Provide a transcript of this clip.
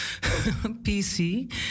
PC